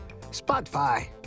Spotify